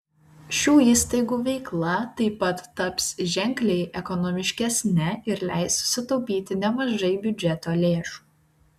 šių įstaigų veikla taip pat taps ženkliai ekonomiškesne ir leis sutaupyti nemažai biudžeto lėšų